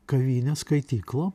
kavinė skaitykla